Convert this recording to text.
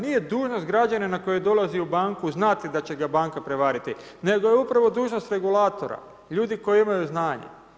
Nije dužnost građanina koji dolazi u banku znati da će ga banka prevariti, nego je upravo dužnost regulatora, ljudi koji imaju znanje.